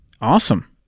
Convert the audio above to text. awesome